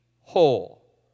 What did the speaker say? whole